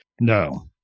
no